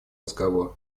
разговор